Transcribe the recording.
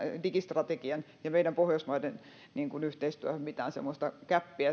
digistrategian ja meidän pohjoismaiden yhteistyön välille taas tulisi mitään semmoista gäppiä